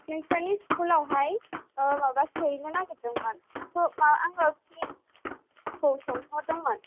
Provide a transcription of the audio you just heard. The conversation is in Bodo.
नोंसानि स्कुल आवहाय माबा सोहैनोनागिरदोंमोन आङो फिसखौ सोंहरदोंमोन